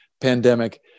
pandemic